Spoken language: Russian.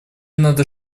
надо